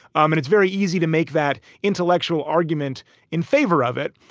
um and it's very easy to make that intellectual argument in favor of it.